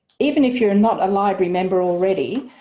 even if you're and not a library member already,